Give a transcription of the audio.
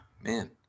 man